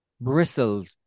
bristled